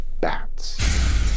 Bats